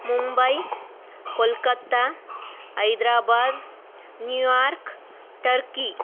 Mumbai Kolkata Hyderabad New York Turkey